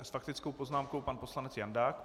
S faktickou poznámkou pan poslanec Jandák.